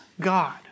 God